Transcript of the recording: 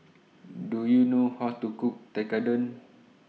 Do YOU know How to Cook Tekkadon